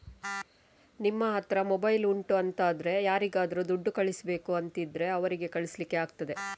ನಿಮ್ಮ ಹತ್ರ ಮೊಬೈಲ್ ಉಂಟು ಅಂತಾದ್ರೆ ಯಾರಿಗಾದ್ರೂ ದುಡ್ಡು ಕಳಿಸ್ಬೇಕು ಅಂತಿದ್ರೆ ಅವರಿಗೆ ಕಳಿಸ್ಲಿಕ್ಕೆ ಆಗ್ತದೆ